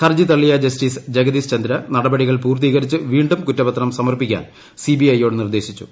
ഹർജി തള്ളിയ ജസ്റ്റിസ് ജഗദീശ് ചന്ദ്ര നടപടികൾ പൂർത്തീകരിച്ച് വീണ്ടും കുറ്റപത്രം സമർപ്പിക്കാൻ സിബിഐ യോട് നിർദ്ദേശിച്ചു